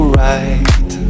right